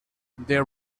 there